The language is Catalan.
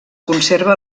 conserva